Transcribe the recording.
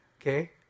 Okay